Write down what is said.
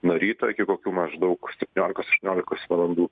nuo ryto iki kokių maždaug septyniolikos aštuoniolikos valandų